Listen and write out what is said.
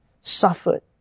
suffered